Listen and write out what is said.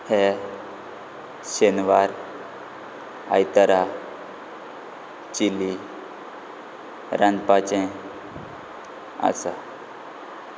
हे शेनवार आयतारा चिली रांदपाचें आसा